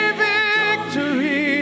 victory